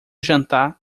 jantar